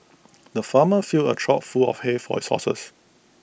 the farmer filled A trough full of hay for his horses